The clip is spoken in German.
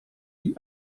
die